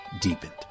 deepened